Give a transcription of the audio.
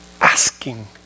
asking